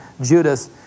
Judas